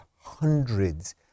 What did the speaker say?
hundreds